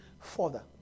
further